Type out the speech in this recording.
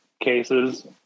cases